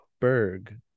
Berg